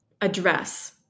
address